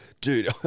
dude